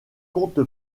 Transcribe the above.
compte